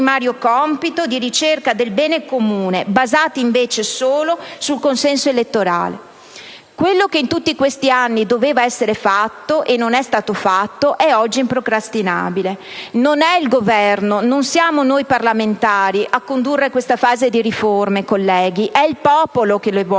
suo primario compito di ricerca del bene comune, ma basata esclusivamente sul consenso elettorale. Quello che in tutti questi anni doveva essere fatto e non è stato fatto è oggi improcrastinabile. Non è il Governo, non siamo noi parlamentari a condurre questa fase di riforme, colleghi: è il popolo che le vuole,